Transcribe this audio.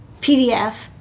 PDF